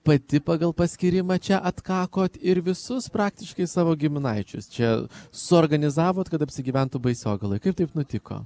pati pagal paskyrimą čia atkakot ir visus praktiškai savo giminaičius čia suorganizavot kad apsigyventų baisogaloj kaip taip nutiko